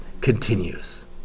continues